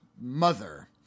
Mother